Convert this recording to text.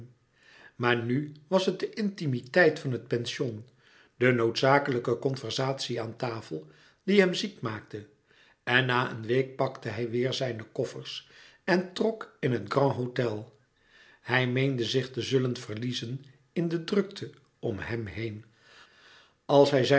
maar nu was het de intimiteit van het pension de noodzakelijke conversatie aan tafel die hem ziek maakte en na een week pakte hij weêr zijne louis couperus metamorfoze koffers en trok in het grand-hôtel hij meende zich te zullen verliezen in de drukte om hem heen als hij